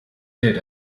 dead